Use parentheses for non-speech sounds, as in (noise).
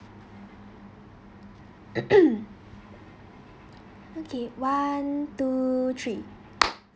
(coughs) okay one two three (noise)